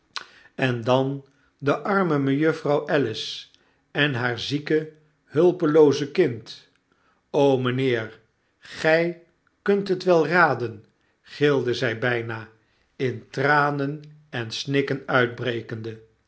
en dan de armemejuffrouw alice en haar zieke hulpelooze kind mijnheer gy kunt het wel raden gilde zy bijna in tranen en snikken uitbrekende